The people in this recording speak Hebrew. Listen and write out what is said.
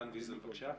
רן ויזל, בבקשה.